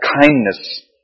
kindness